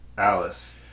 Alice